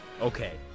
Okay